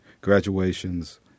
Graduations